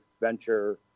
venture